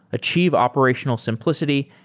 achieve operational simplicity,